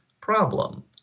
problem